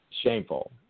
shameful